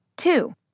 Two